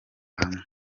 hamwe